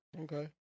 Okay